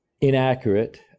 inaccurate